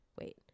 wait